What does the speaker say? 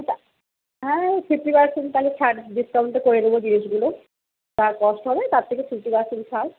আচ্ছা হ্যাঁ fifty percent তাহলে ছাড় ডিস্কাউন্টে করে দেব জিনিসগুলো যা কস্ট হবে তার থেকে ফিফটি পার্সেন্ট ছাড়